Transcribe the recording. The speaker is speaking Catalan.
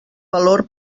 valor